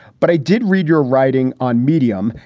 but i did read your writing on medium.